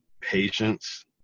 patience